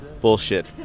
bullshit